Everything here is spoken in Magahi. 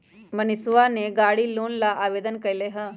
मनीषवा ने गाड़ी लोन ला आवेदन कई लय है